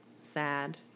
sad